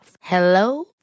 Hello